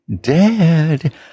Dad